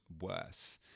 worse